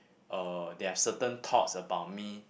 uh they have certain thoughts about me